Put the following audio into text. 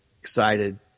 Excited